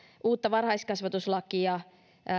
uutta varhaiskasvatuslakia